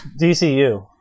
DCU